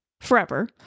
forever